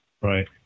Right